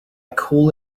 call